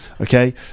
Okay